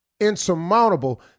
insurmountable